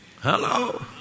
Hello